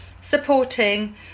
supporting